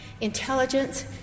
intelligence